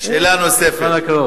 סגן שר האוצר יצחק כהן: תודה לחבר